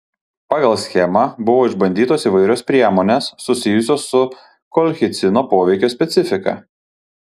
pagal schemą buvo išbandytos įvairios priemonės susijusios su kolchicino poveikio specifika